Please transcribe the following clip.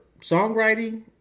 Songwriting